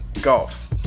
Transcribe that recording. Golf